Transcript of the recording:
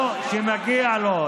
כמו שמגיע לו,